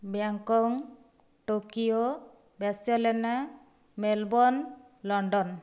Bangkok Tokyo Barcelona Melbourne London